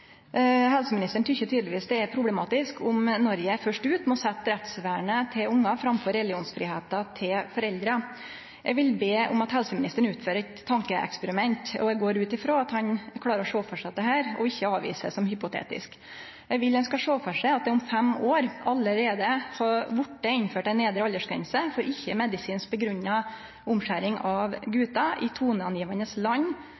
Helseministeren tykkjer tydelegvis det er problematisk om Noreg er først ute med å setje rettsvernet til ungane framfor religionsfridomen til foreldra. Eg vil be om at helseministeren utfører eit tankeeksperiment – og eg går ut frå at han klarar å sjå for seg dette og ikkje avviser det som hypotetisk. Eg vil han skal sjå for seg at det om fem år allereie har vorte innført ei nedre aldersgrense for ikkje medisinsk grunngjeven omskjering av